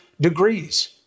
degrees